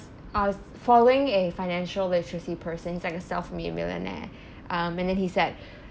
I was following a financial literacy person he's like a self made millionaire um and then he said